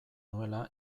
nuela